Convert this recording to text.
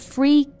Free